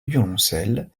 violoncelle